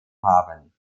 haben